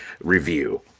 review